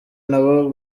nabo